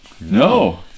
no